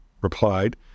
replied